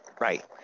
Right